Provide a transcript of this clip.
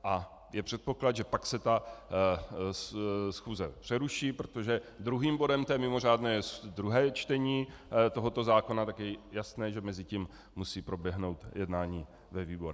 A je předpoklad, že pak se ta schůze přeruší, protože druhým bodem té mimořádné schůze je druhé čtení tohoto zákona, tak je jasné, že mezitím musí proběhnout jednání ve výborech.